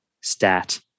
stat